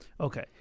Okay